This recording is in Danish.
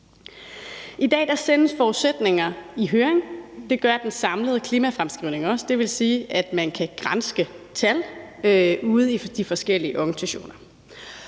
– forudsætninger i høring, og det gør den samlede klimafremskrivning også. Det vil sige, at man kan granske tal ude i de forskellige organisationer